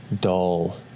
dull